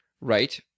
right